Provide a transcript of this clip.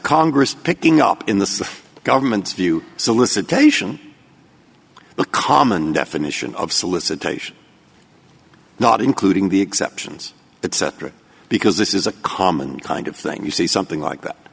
congress picking up in the government's view solicitation the common definition of solicitation not including the exceptions but cetera because this is a common kind of thing you see something like that